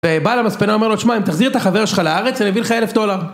ובא למספנה אומר לו שמע אם תחזיר את החבר שלך לארץ אני אביא לך אלף דולר